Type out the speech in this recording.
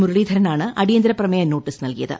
മുരളീധരനാണ് അടിയന്തര പ്രമേയ നോട്ടീസ് നൽകിയത്